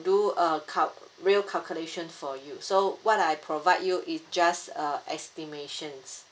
do a cal~ a real calculation for you so what I provide you is just a estimations